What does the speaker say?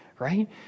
right